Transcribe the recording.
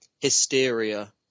hysteria